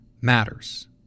matters